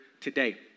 today